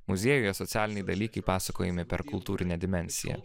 muziejuje socialiniai dalykai pasakojami per kultūrinę dimensiją